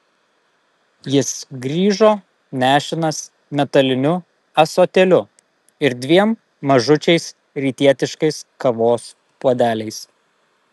jis grįžo nešinas metaliniu ąsotėliu ir dviem mažučiais rytietiškais kavos puodeliais